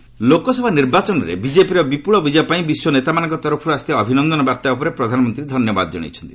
PM world leaders Lok Sabha ନିର୍ବାଚନରେ ବିଜେପିର ବିପୁଳ ବିଜୟ ପାଇଁ ବିଶ୍ୱ ନେତାମାନଙ୍କ ତରଫରୁ ଆସିଥିବା ଅଭିନନ୍ଦନ ବାର୍ତ୍ତା ଉପରେ ପ୍ରଧାନମନ୍ତ୍ରୀ ଧନ୍ୟବାଦ କଣାଇଛନ୍ତି